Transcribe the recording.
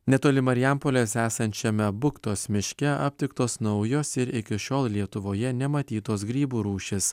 netoli marijampolės esančiame buktos miške aptiktos naujos ir iki šiol lietuvoje nematytos grybų rūšys